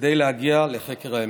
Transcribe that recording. כדי להגיע לחקר האמת.